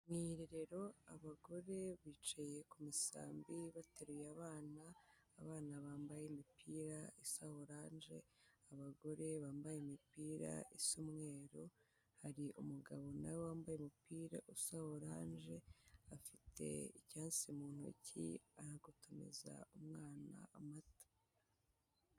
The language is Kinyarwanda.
Mu irerero abagore bicaye ku musambi bateruye abana, abana bambaye imipira isa oranje, abagore bambaye imipira isa umweru, hari umugabo na we wambaye umupira usa oranje, afite icyansi mu ntoki, aragotomeza umwana amata.